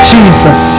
Jesus